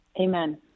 Amen